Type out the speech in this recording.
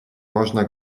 można